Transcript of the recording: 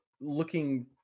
looking